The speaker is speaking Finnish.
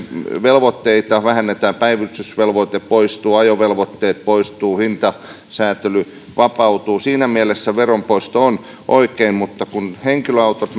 velvoitteita vähennetään päivystysvelvoite poistuu ajovelvoitteet poistuvat hintasäätely vapautuu siinä mielessä veron poisto on oikein mutta kun henkilöautot